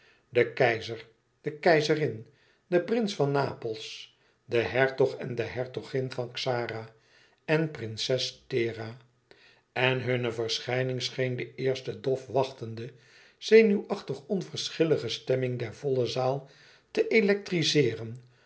de keizer de keizerin de prins van napels de hertog en de hertogin van xara de prinses thera en hunne verschijning scheen de eerste dof wachtende zenuwachtig onverschillige stemming der volle zaal te electrizeeren